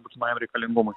būtinajam reikalingumui